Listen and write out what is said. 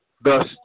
Thus